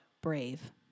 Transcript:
brave